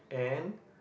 and